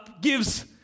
gives